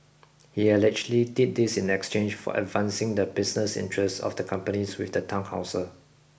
he allegedly did this in exchange for advancing the business interests of the companies with the town council